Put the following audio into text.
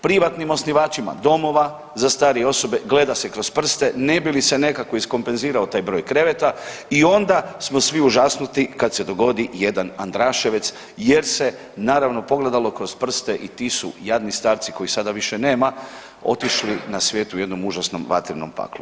Privatnim osnivačima domova za starije osobe gleda se kroz prste ne bi li se nekako iskompenzirao taj broj kreveta i onda smo svi užasnuti kad se dogodi jedan Andraševec jer se naravno pogledalo kroz prste i ti su jadni starci kojih sada više nema otišli na svijet u jednom užasnom vatrenom paklu.